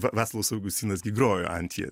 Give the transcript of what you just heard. va vaclovas augustinas gi grojo antyje